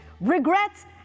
regrets